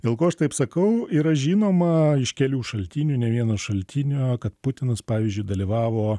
dėl ko aš taip sakau yra žinoma iš kelių šaltinių ne vieno šaltinio kad putinas pavyzdžiui dalyvavo